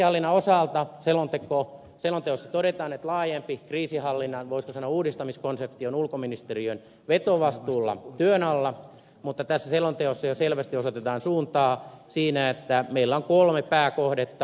kriisinhallinnan osalta selonteossa todetaan että laajempi kriisinhallinnan voisiko sanoa uudistamiskonsepti on ulkoministeriön vetovastuulla työn alla mutta tässä selonteossa jo selvästi osoitetaan suuntaa siinä että meillä on kolme pääkohdetta